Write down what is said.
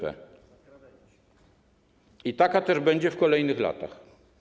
I taka też będzie w kolejnych latach.